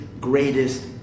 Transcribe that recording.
greatest